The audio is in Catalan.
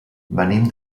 venim